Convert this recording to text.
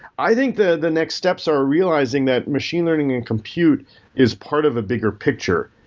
i think the the next steps are realizing that machine learning and compute is part of a bigger picture.